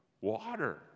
water